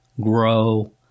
grow